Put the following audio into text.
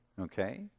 okay